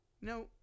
No